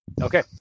Okay